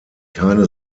keine